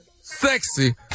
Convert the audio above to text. Sexy